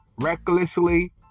recklessly